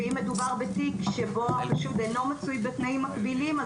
ואם מדובר בתיק שבו החשוד אינו מצוי בתנאים מגבילים,